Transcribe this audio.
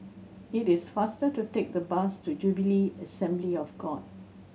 it is faster to take the bus to Jubilee Assembly of God